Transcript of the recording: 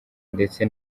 ndetse